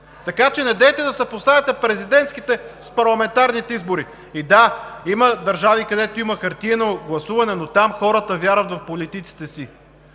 момента. Недейте да съпоставяте президентските с парламентарните избори! И да, има държави, където има хартиено гласуване, но там хората вярват в политиците си.